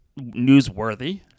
newsworthy